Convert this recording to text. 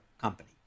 company